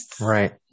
Right